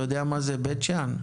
אתה יודע איך זה בבית שאן?